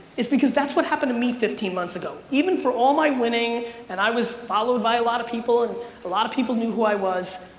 it's because that's what happened to me fifteen months ago. even for all my winning and i was followed by a lot of people and a lot of people knew who i was,